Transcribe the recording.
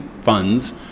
funds